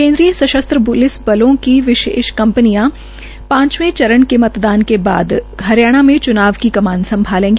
केन्द्रीय सशस्त्र प्लिस बलों की शेष कंपनियां पांचवे चरण के मतदान के बाद हरियाणा मे च्नाव की कमान सम्भालेगी